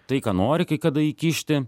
tai ką nori kai kada įkišti